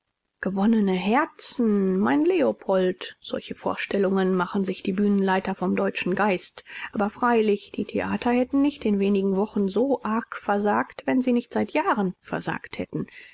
gewonnene herzen mein leopold solche vorstellungen machen sich die bühnenleiter vom deutschen geist aber freilich die theater hätten nicht in wenigen wochen so arg versagt wenn sie nicht seit jahren versagt hätten